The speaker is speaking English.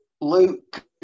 Luke